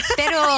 pero